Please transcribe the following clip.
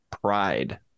pride